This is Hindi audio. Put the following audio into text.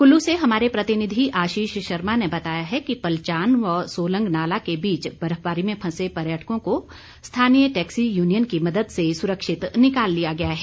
कुल्लू से हमारे प्रतिनिधि आशीष शर्मा ने बताया है कि पलचान व सोलंग नाला के बीच बर्फबारी में फंसे पर्यटकों को स्थानीय टैक्सी यूनियन की मदद से सुरक्षित निकाल लिया गया है